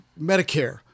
Medicare